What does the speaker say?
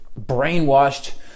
brainwashed